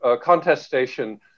contestation